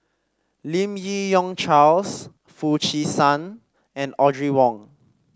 Lim Yi Yong Charles Foo Chee San and Audrey Wong